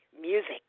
music